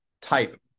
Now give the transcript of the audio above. type